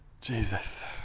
Jesus